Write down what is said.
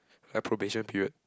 have probation period